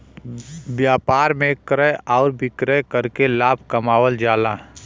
व्यापार में क्रय आउर विक्रय करके लाभ कमावल जाला